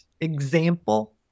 example